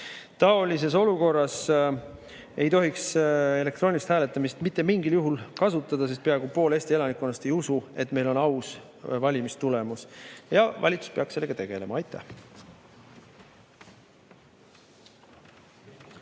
Taolises olukorras ei tohiks elektroonilist hääletamist mitte mingil juhul kasutada, sest peaaegu pool Eesti elanikkonnast ei usu, et valimistulemus on aus. Valitsus peaks sellega tegelema. Aitäh!